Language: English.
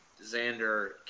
Xander